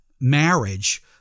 marriage